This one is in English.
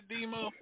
Demo